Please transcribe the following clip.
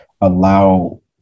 allow